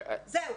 זהו.